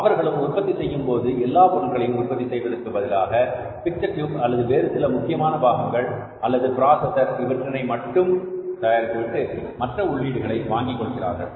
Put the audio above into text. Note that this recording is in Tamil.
அவர்களும் உற்பத்தி செய்யும் போது எல்லா பொருட்களையும் உற்பத்தி செய்வதற்கு பதிலாக பிக்சர் டியூப் அல்லது வேறு சில முக்கியமான பாகங்கள் அல்லது பிராசஸர் இவற்றினை மட்டும் தயாரித்துவிட்டு மற்ற உள்ளீடுகளை வாங்கிக் கொள்கிறார்கள்